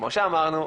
כמו שאמרנו,